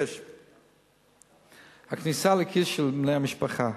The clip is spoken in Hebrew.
6. הכניסה לכיס של בני המשפחה,